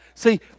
See